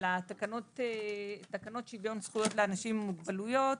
על תקנות שוויון זכויות לאנשים עם מוגבלויות.